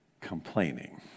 complaining